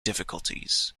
difficulties